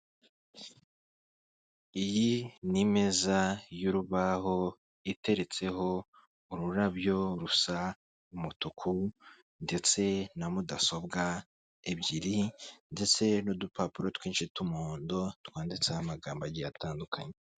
Iyi ni meza y'urubaho, iteretseho ururabyo rusa umutuku, ndetse na mudasobwa ebyiri, ndetse n'udupapuro twinshi tw'umuhondo, twanditseho amagambo agiye atandukanye.